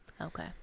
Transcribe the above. okay